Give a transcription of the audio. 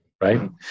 Right